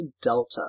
Delta